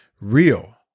real